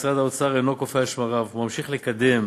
משרד האוצר אינו קופא על שמריו וממשיך לקדם